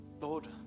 Lord